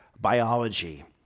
biology